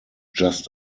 just